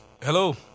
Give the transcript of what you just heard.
Hello